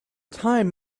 time